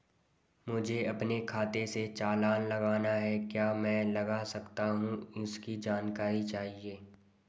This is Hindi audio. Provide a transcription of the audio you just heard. मुझे अपने खाते से चालान लगाना है क्या मैं लगा सकता हूँ इसकी जानकारी चाहिए?